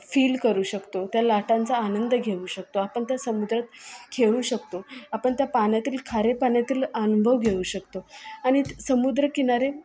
feel करू शकतो त्या लाटांचा आनंद घेऊ शकतो आपण त्या समुद्रात खेळू शकतो आपण त्या पाण्यातील खाऱ्या पाण्यातील अनुभव घेऊ शकतो आणि समुद्र किनारे